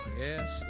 Yes